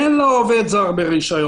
אין לה עובד זר ברשיון.